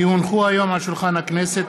כי הונחו היום על שולחן הכנסת,